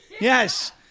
Yes